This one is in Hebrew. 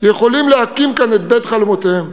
יכולים להקים כאן את בית חלומותיהם.